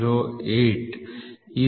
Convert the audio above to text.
080 ಇದು 39